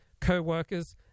co-workers